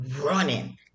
running